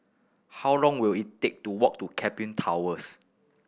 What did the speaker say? how long will it take to walk to Keppel Towers